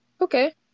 Okay